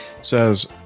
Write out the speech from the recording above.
says